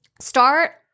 start